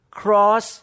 cross